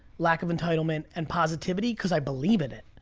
lack of entitlement, and positivity, cause i believe in it.